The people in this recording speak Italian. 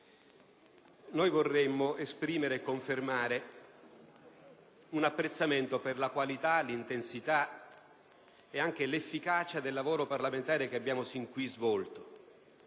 innanzitutto esprimere e confermare un apprezzamento per la qualità, l'intensità, nonché per l'efficacia del lavoro parlamentare che abbiamo sin qui svolto,